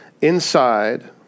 inside